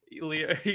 Leo